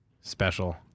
special